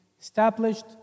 established